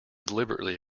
deliberately